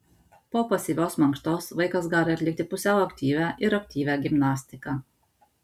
po pasyvios mankštos vaikas gali atlikti pusiau aktyvią ir aktyvią gimnastiką